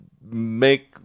make